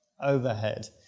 overhead